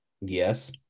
Yes